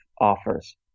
offers